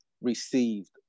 received